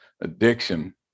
addiction